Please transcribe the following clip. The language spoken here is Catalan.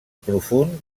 profund